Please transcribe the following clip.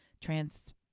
Trans